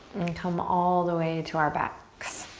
come all the way to our backs.